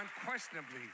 unquestionably